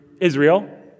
Israel